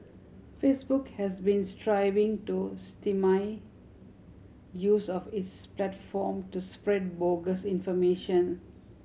Facebook has been striving to stymie use of its platform to spread bogus information